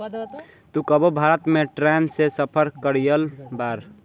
तू कबो भारत में ट्रैन से सफर कयिउल बाड़